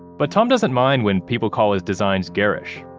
but tom doesn't mind when people call his designs garish,